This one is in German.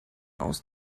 aus